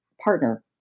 partner